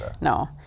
No